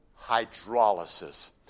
hydrolysis